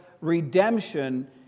redemption